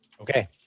Okay